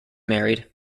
married